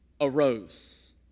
arose